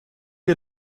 die